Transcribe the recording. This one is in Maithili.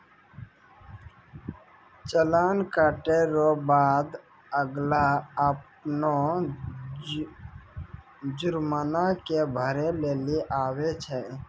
चालान कटे रो बाद अगला अपनो जुर्माना के भरै लेली आवै छै